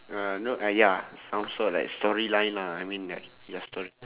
uh no uh ya some sort like storyline lah I mean like ya story